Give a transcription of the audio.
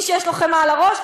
מי שיש לו חמאה על הראש,